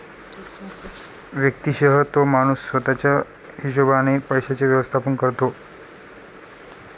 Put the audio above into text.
व्यक्तिशः तो माणूस स्वतः च्या हिशोबाने पैशांचे व्यवस्थापन करतो